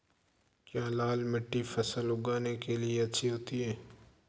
क्या लाल मिट्टी फसल उगाने के लिए अच्छी होती है?